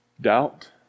Doubt